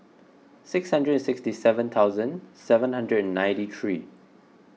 six hundred and sixty seven thousand seven hundred and ninety three